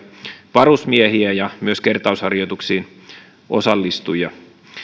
varusmiehiä ja myös kertausharjoituksiin osallistujia